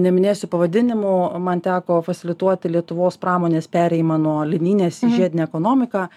neminėsiu pavadinimę man teko fasilituoti lietuvos pramonės perėjimą nuo linijinės į žiedinę ekonomiką